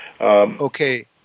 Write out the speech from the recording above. Okay